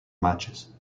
matches